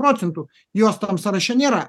procentų jos tam sąraše nėra